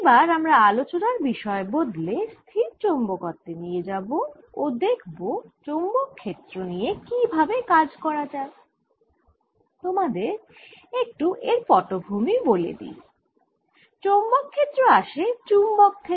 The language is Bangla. এবার আমরা আলোচনার বিষয় বদলে স্থিরচৌম্বকত্বে নিয়ে যাবো ও দেখব চৌম্বক ক্ষেত্র নিয়ে কি ভাবে কাজ করা যায় তোমাদের একটু এর পটভূমি বলে দিই চৌম্বক ক্ষেত্র আসে চুম্বক থেকে